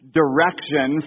direction